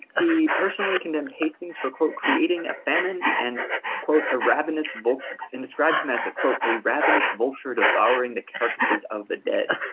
he personally condemned hastings for, quote, creating a famine and quote a ravenous vulture and described him as a quote a ravenous vulture devouring the carcasses of the dead.